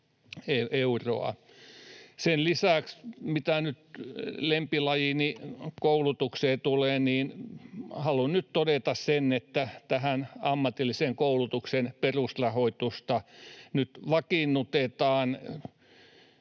Sen lisäksi, mitä nyt lempilajiini koulutukseen tulee, haluan nyt todeta sen, että tätä ammatillisen koulutuksen perusrahoitusta nyt vakiinnutetaan.